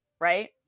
right